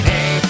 Hey